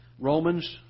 Romans